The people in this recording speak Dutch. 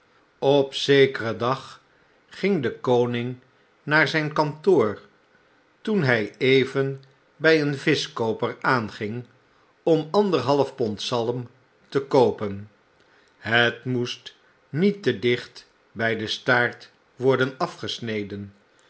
op zekeren dag ging de koning naar ztjn kantoor toen hy even by een vischkooper aanging om anderhalf pond zalm te koopen het moest niet te dicht by den staart worden afgesneden